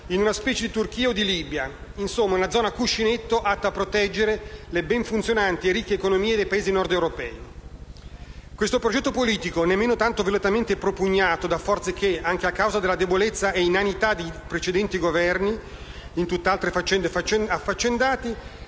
in una specie di Turchia o di Libia; insomma in una zona cuscinetto, atta a proteggere le ben funzionanti e ricche economie dei Paesi nordeuropei. Questo progetto politico, nemmeno tanto velatamente propugnato da forze che, anche a causa della debolezza e inanità di nostri precedenti Governi, in tutt'altre faccende affaccendati,